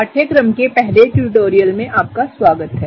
पाठ्यक्रम के पहले ट्यूटोरियल में आपका स्वागत है